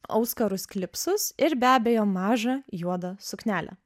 auskarus klipsus ir be abejo mažą juodą suknelę